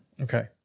Okay